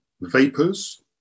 vapors